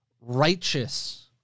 righteous